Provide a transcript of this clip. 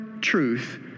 truth